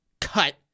cut